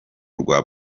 rwa